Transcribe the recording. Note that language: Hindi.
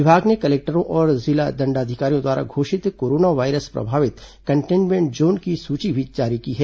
विभाग ने कलेक्टरों और जिला दंडाधिकारियों द्वारा घोषित कोरोना वायरस प्रभावित कंटेन्मेंट जोन की सूची भी जारी की है